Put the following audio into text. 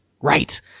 right